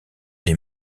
des